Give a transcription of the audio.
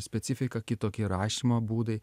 specifika kitokie įrašymo būdai